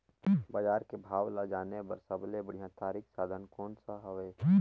बजार के भाव ला जाने बार सबले बढ़िया तारिक साधन कोन सा हवय?